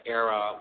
era